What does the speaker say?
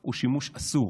או שימוש אסור?